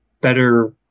better